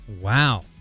Wow